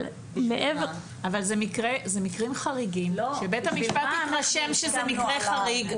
זה מקרים חריגים שבית המשפט התרשם שזה מקרה חריג.